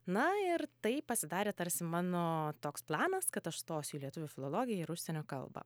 na ir tai pasidarė tarsi mano toks planas kad aš stosiu į lietuvių filologiją ir užsienio kalbą